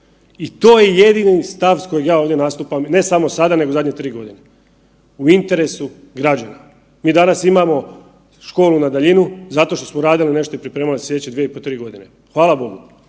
I to je jedini stav s kojega ja ovdje nastupam ne samo sada nego zadnje 3 godine. U interesu građana. Mi danas imamo školu na daljinu zato što smo radili nešto i pripremali slijedeće 2,5 i 3 godine, hvala Bogu,